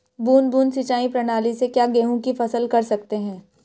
बूंद बूंद सिंचाई प्रणाली से क्या गेहूँ की फसल कर सकते हैं?